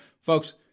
Folks